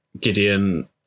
Gideon